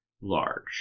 large